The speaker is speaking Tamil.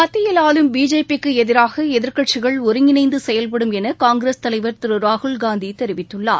மத்தியில் ஆளும் பிஜேபி க்கு எதிராக எதிர்க்கட்சிகள் ஒருங்கிணைந்து செயல்படும் என காங்கிரஸ் தலைவர் திரு ராகுல்காந்தி தெரிவித்துள்ளார்